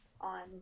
on